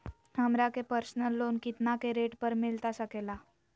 हमरा के personal loan कितना के रेट पर मिलता सके ला?